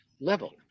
level